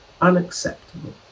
Unacceptable